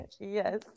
Yes